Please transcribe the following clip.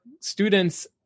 students